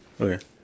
Okay